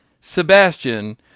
Sebastian